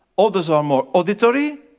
others are more auditory,